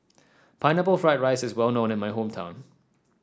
Pineapple Fried Rice is well known in my hometown